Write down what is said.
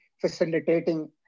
facilitating